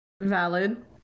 Valid